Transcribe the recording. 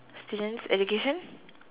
student's education